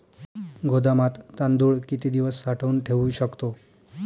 गोदामात तांदूळ किती दिवस साठवून ठेवू शकतो?